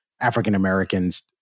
African-Americans